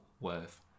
worth